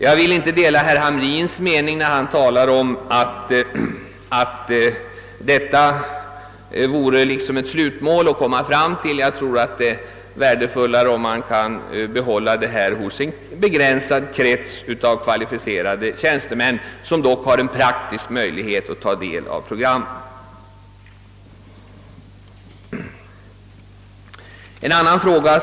Jag kan inte dela herr Hamrins i Jönköping mening att detta skulle vara eit slutmål. Jag tror att det är värdefullare om man kan behålla ansvaret hos en begränsad krets av kvalificerade tjänstemän, som dock har en praktisk möjlighet att taga del av programmen i förväg.